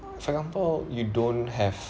for example you don't have